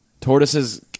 Tortoises